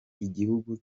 igihugu